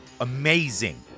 amazing